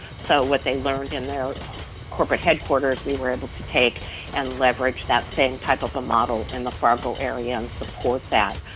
so what they learned in their corporate headquarters, we were able to take and leverage that same type of a model in the fargo area and support that,